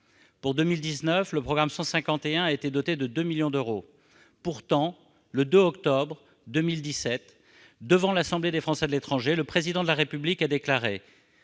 Pour 2019, le programme 151 a été doté de 2 millions d'euros. Pourtant, le 2 octobre 2017, devant l'Assemblée des Français de l'étranger, le Président de la République a déclaré